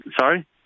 Sorry